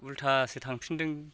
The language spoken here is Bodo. उल्थासो थांफिनदों